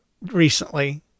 recently